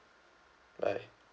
bye